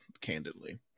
candidly